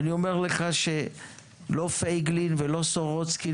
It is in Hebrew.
אני אומר לך שלא פייגלין ולא סורוצקין